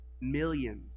Millions